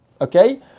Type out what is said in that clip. Okay